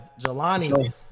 jelani